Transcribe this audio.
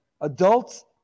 adults